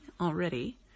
already